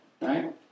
right